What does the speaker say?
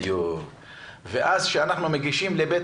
ואז כשמגיעים לבית